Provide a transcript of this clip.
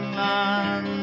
man